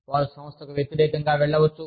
వారు సంస్థకు వ్యతిరేకంగా వెళ్ళవచ్చు